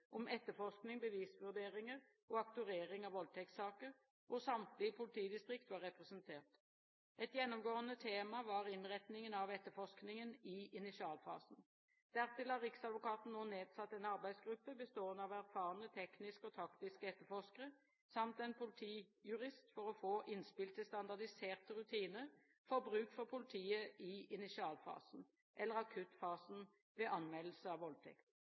om «Etterforsking, bevisvurderinger og aktorering av voldtektssaker», hvor samtlige politidistrikt var representert. Et gjennomgående tema var innretningen av etterforskingen i initialfasen. Dertil har riksadvokaten nå nedsatt en arbeidsgruppe, bestående av erfarne tekniske og taktiske etterforskere samt en politijurist, for å få innspill til standardiserte rutiner til bruk for politiet i initialfasen eller akuttfasen ved anmeldelse av voldtekt.